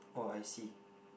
oh I see